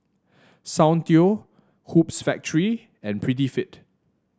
Soundteoh Hoops Factory and Prettyfit